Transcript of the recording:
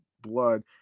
blood